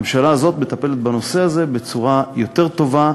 הממשלה הזאת מטפלת בנושא הזה בצורה יותר טובה,